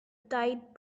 tight